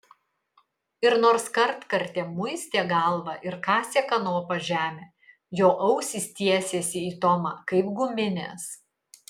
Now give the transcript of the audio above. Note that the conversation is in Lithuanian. ir nors kartkartėm muistė galvą ir kasė kanopa žemę jo ausys tiesėsi į tomą kaip guminės